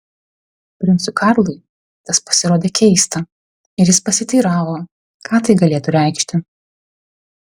princui karlui tas pasirodė keista ir jis pasiteiravo ką tai galėtų reikšti